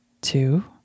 two